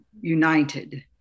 united